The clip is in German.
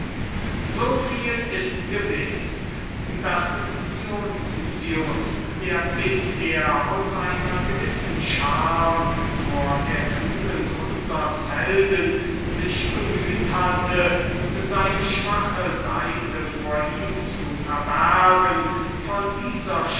aber es ist gewiß daß dionys der bisher aus einer gewissen scham vor der tugend unsers helden sich bemüht hatte seine schwache seite vor ihm zu verbergen von dieser